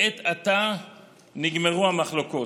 לעת עתה נגמרו המחלוקות,